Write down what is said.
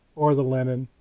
or the linen,